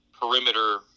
perimeter